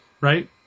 right